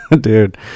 dude